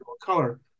color